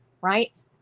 right